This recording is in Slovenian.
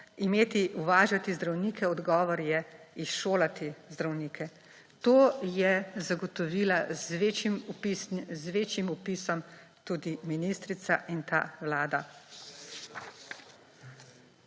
imeti, uvažati zdravnike, odgovor je, izšolati zdravnike. To je zagotovila z večjim vpisom tudi ministrica in ta vlada.